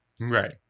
Right